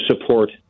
support